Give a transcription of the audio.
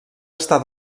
estar